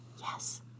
Yes